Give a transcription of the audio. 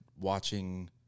watching